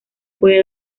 puede